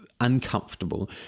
uncomfortable